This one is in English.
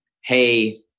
hey